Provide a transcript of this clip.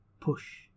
Push